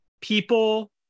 people